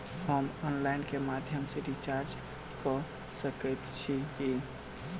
हम ऑनलाइन केँ माध्यम सँ रिचार्ज कऽ सकैत छी की?